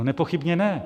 Nepochybně ne.